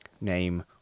name